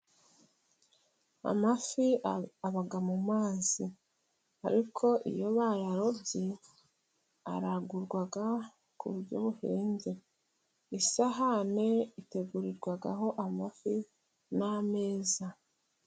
Amafi aba mu mazi, ariko iyo bayarobye, aragurwa ku buryo buhenze, isahane itegurirwaho amafi n'ameza.